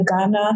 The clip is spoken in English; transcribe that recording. Ghana